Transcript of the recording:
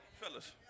Fellas